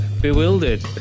bewildered